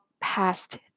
past